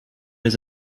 les